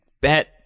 bet